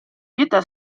pietà